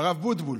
הרב בוטבול.